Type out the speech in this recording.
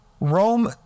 Rome